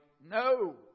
No